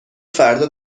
فردا